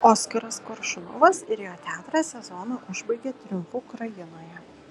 oskaras koršunovas ir jo teatras sezoną užbaigė triumfu ukrainoje